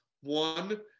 One